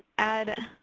add